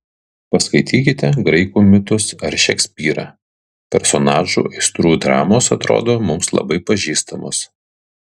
paskaitykite graikų mitus ar šekspyrą personažų aistrų dramos atrodo mums labai pažįstamos